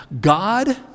God